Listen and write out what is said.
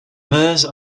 meuse